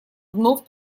вновь